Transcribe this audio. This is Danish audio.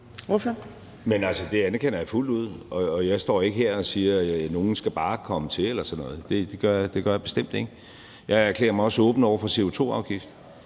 Det anerkender jeg fuldt ud, og jeg står ikke her og siger, at nogen bare skal komme til eller sådan noget. Det gør jeg bestemt ikke. Jeg erklærer mig også åben over for CO2-afgifter.